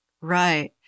right